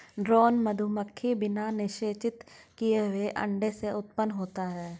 drone मधुमक्खी बिना निषेचित किए हुए अंडे से उत्पन्न होता है